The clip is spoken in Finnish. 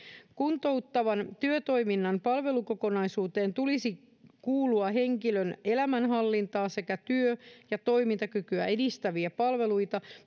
kuntouttavan työtoiminnan palvelukokonaisuuteen tulisi kuulua henkilön elämänhallintaa sekä työ ja toimintakykyä edistäviä palveluita